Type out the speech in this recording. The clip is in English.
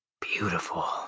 Beautiful